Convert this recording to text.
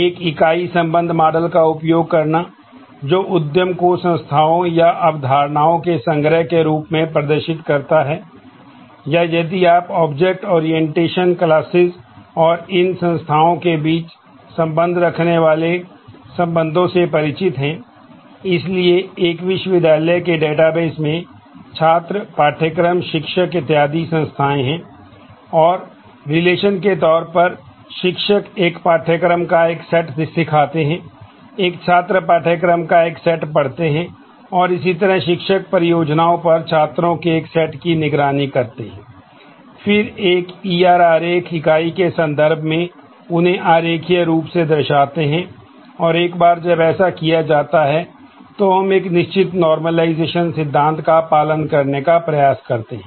इसलिए हमें यह सुनिश्चित करने के लिए कि डेटाबेस सिद्धांत का पालन करने का प्रयास करते हैं